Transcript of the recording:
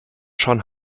schon